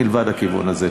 מלבד הכיוון הזה.